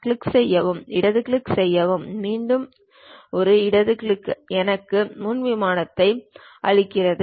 click செய்யவும் இடது click செய்யவும் மீண்டும் ஒரு இடது கிளிக் எனக்கு முன் விமானத்தை அளிக்கிறது